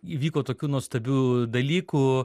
įvyko tokių nuostabių dalykų